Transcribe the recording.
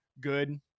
good